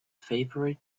favorite